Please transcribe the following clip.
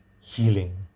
healing